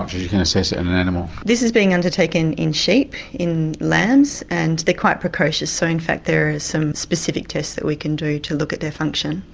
ah can assess it in an animal. this is being undertaken in sheep, in lambs and they are quite precocious so in fact there are some specific tests that we can do to look at their function.